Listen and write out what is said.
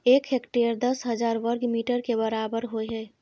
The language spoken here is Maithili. एक हेक्टेयर दस हजार वर्ग मीटर के बराबर होय हय